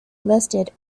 listed